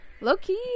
Low-key